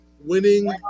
Winning